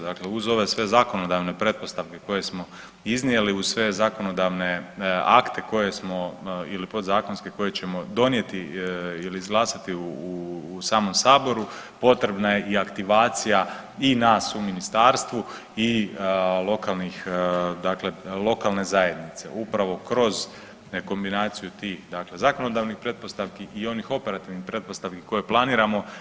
Dakle, uz ove sve zakonodavne pretpostavke koje smo iznijeli, uz sve zakonodavne akte koje smo ili podzakonske koje ćemo donijeti ili izglasati u samom saboru … potrebna je i aktivacija i nas u ministarstvu i lokalnih dakle lokalne zajednice upravo kroz ne kombinaciju tih dakle zakonodavnih pretpostavki i onih operativnih pretpostavki koje planiramo.